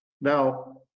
now